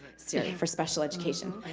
so for special education.